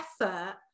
effort